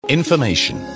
information